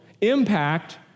impact